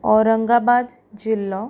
औरंगाबाद जिल्लो